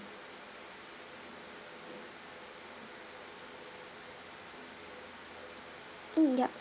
mm yup